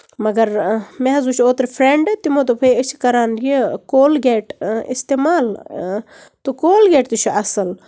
مَگر مےٚ حظ وُچھ اوترٕ فرینٛڈٕ تِمو دوٚپ ہے أسۍ چھِ کران یہِ کولگیٹ اِستعمال تہٕ گولگیٹ تہِ چھُ اَصٕل